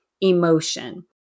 emotion